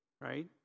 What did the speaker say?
right